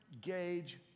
gauge